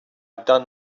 done